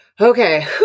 Okay